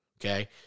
okay